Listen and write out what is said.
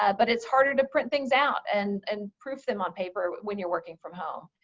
ah but it's harder to print things out and and proof them on paper when you're working from home.